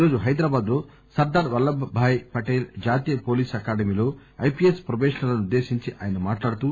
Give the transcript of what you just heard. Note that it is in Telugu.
ఈరోజు హైదరాబాద్ లో సర్దార్ వల్లభ్ భాయ్ పటేల్ జాతీయ పోలీస్ అకాడమీలో ఐపిఎస్ ప్రొబేషనర్ లను ఉద్దేశించి ఆయన మాట్లాడుతూ